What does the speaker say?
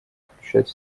включать